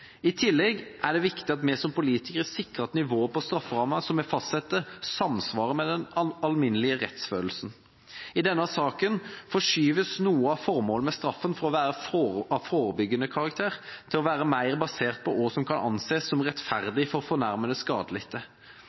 I tillegg er det viktig at vi som politikere sikrer at nivået på strafferammen som vi fastsetter, samsvarer med den alminnelige rettsfølelsen. I denne saken forskyves noe av formålet med straffen fra å være av forebyggende karakter til å være mer basert på hva som kan anses som rettferdig for